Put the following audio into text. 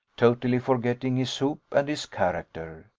totally forgetting his hoop and his character.